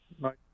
Right